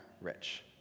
rich